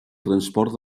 transport